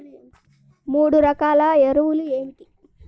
మూడు రకాల ఎరువులు ఏమిటి?